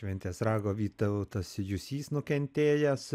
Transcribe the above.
šventės rago vytautas jusys nukentėjęs